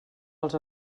als